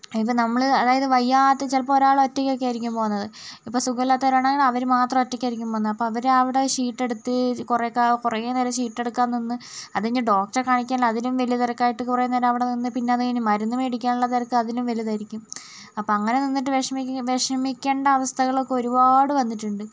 ഇനിയിപ്പോൾ നമ്മൾ അതായത് വയ്യാത്ത ചിലപ്പോൾ ഒരാൾ ഒറ്റയ്ക്ക് ഒക്കെ ആയിരിക്കും പോകുന്നത് ഇപ്പോൾ സുഖമില്ലാത്തവരാണെങ്കിൽ അവർ മാത്രം ഒറ്റയ്ക്കായിരിക്കും പോകുന്നത് അപ്പോൾ അവർ അവിടെ ഷീട്ട് എടുത്ത് കുറേ ഒക്കെ കുറേ നേരം ഷീട്ട് എടുക്കാൻ നിന്ന് അത് കഴിഞ്ഞു ഡോക്ടറെ കാണിക്കാൻ അതിലും വലിയ തിരക്കായിട്ട് കുറേ നേരം അവിടെ നിന്ന് പിന്നെ അതു കഴിഞ്ഞ് മരുന്ന് മേടിക്കാനുള്ള തിരക്ക് അതിലും വലുതായിരിക്കും അപ്പോൾ അങ്ങനെ നിന്നിട്ട് വിഷമിക്കേണ്ട അവസ്ഥകളൊക്കെ ഒരുപാട് വന്നിട്ടുണ്ട്